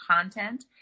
content